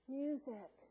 music